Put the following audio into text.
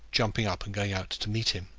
jumping up and going out to meet him.